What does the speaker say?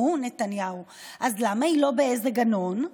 נתניהו: נו, אז למה היא לא באיזה גנון?